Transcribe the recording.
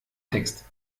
text